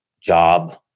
job